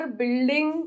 building